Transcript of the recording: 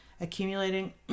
accumulating